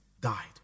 died